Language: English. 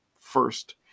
first